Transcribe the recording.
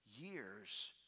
years